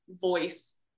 voice